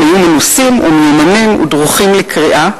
הם היו מנוסים ומיומנים ודרוכים לקריאה,